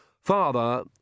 Father